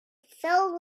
filled